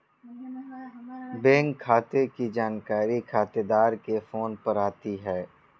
bank खाते की जानकारी खातेदार के फोन पर आती है